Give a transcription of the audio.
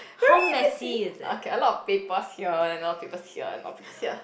very messy okay a lot of papers here and a lot papers here and a lot papers here